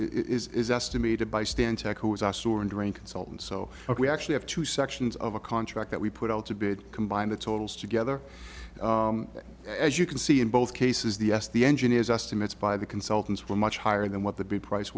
it is estimated by stan tech who is our storm drain consultant so we actually have two sections of a contract that we put out to bid combine the totals together as you can see in both cases the s the engineers estimates by the consultants were much higher than what the b price